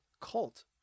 cult